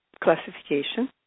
classification